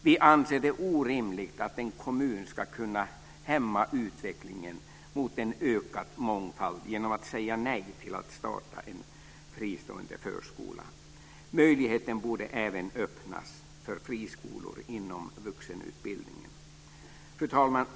Vi anser det orimligt att en kommun ska kunna hämma utvecklingen mot en ökad mångfald genom att säga nej till att starta en fristående förskola. Möjligheten borde även öppnas för friskolor inom vuxenutbildningen. Fru talman!